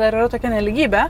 dar yra tokia nelygybė